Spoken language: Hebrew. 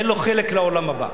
אין לו חלק לעולם הבא.